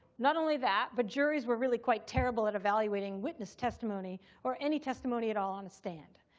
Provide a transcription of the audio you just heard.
not only that, but juries were really quite terrible at evaluating witness testimony or any testimony at all on the stand.